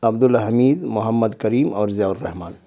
عبد الحمید محمد کریم اور ضیاء الرحمن